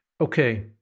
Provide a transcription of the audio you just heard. Okay